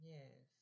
Yes